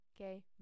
okay